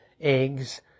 eggs